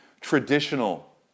traditional